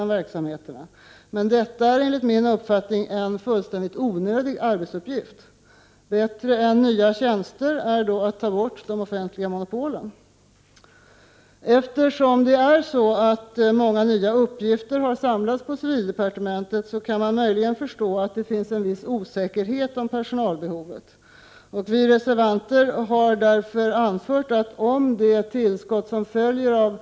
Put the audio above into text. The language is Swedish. Men enligt min uppfattning är detta är fullständigt onödig arbetsuppgift. Det är bättre att ta bort de offentliga monopolen än att skapa nya tjänster. Eftersom många nya uppgifter har samlats på civildepartementet kan man Prot. 1988/89:91 möjligen förstå att det finns en viss osäkerhet vad gäller personalbehovet. Vi 6 april 1989 reservanter har därför anfört att om det tillskott som skulle bli följden av ett : i - U z .